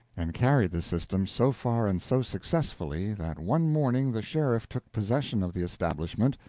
and carried this system so far and so successfully that one morning the sheriff took possession of the establishment,